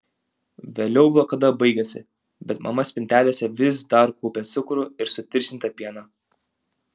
vėliau blokada baigėsi bet mama spintelėse vis dar kaupė cukrų ir sutirštintą pieną